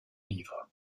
livres